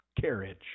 carriage